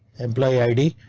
and play id,